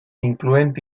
incloent